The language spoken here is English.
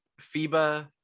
fiba